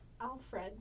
Alfred